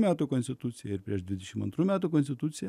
metų konstitucija ir prieš dvidešim antrų metų konstitucija